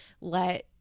let